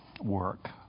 work